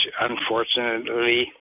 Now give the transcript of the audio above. unfortunately